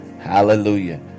hallelujah